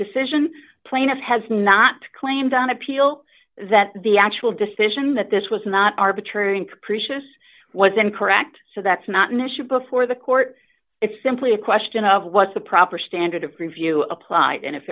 decision plaintiff has not claimed on appeal that the actual decision that this was not arbitrary and capricious was incorrect so that's not an issue before the court it's simply a question of what's the proper standard of review applied and if